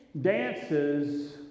dances